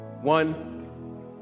One